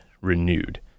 renewed